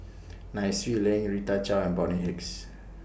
Nai Swee Leng Rita Chao and Bonny Hicks